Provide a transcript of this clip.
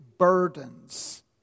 burdens